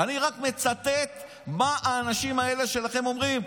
אני רק מצטט מה האנשים האלה שלכם אומרים,